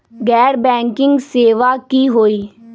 गैर बैंकिंग सेवा की होई?